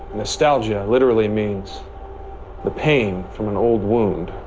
nostalgia literally means the pain from an old wound.